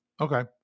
Okay